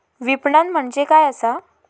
विपणन म्हणजे काय असा?